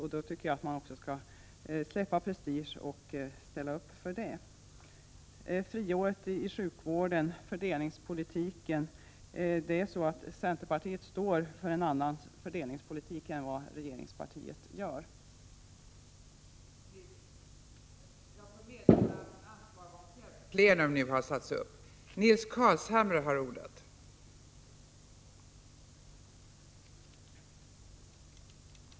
Jag tycker att man i det avseendet skall glömma prestigen och i stället ställa upp på detta. När det gäller friåret i sjukvården och fördelningspolitiken vill jag säga att centerpartiet står för en annan fördelningspolitik än den som regeringspartiet förespråkar.